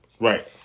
Right